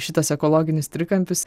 šitas ekologinis trikampis